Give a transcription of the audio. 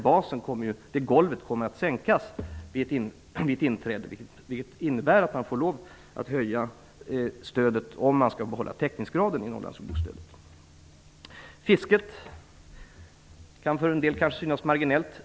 Det golvet kommer att sänkas vid ett inträde. Det innebär att man får lov att öka stödet om man skall behålla täckningsgraden inom Norrlandsstödet. Fisket kan för en del kanske synas marginellt.